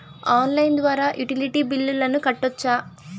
Online ద్వారా utility బిల్లులను కట్టొచ్చా?